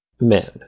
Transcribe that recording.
men